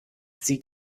sie